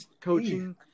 coaching